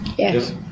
Yes